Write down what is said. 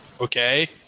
Okay